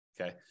Okay